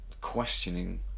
questioning